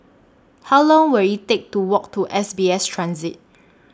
How Long Will IT Take to Walk to S B S Transit